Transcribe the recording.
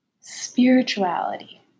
spirituality